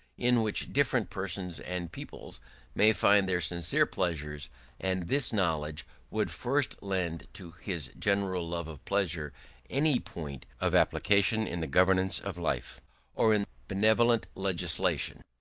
in which different persons and peoples may find their sincere pleasures and this knowledge would first lend to his general love of pleasure any point of application in the governance of life or in benevolent legislation.